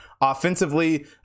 Offensively